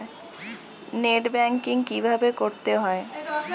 Net banking কীভাবে করতে হয়?